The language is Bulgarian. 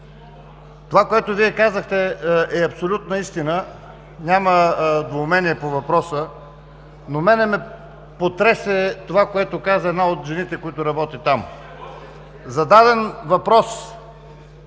Това, което Вие казахте, е абсолютна истина, няма двоумение по въпроса. Но мен ме потресе това, което каза една от жените, която работи там. (Реплики